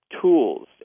tools